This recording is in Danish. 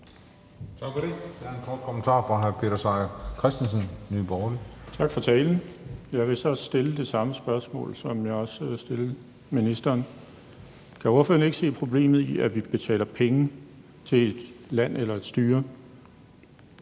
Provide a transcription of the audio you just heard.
Seier Christensen, Nye Borgerlige. Kl. 18:02 Peter Seier Christensen (NB): Tak for talen. Jeg vil stille det samme spørgsmål, som jeg stillede til ministeren: Kan ordføreren ikke se et problem i, at vi betaler penge til et land eller et styre,